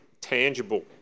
Tangible